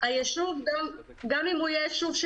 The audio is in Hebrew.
ויש פה גם התאמות של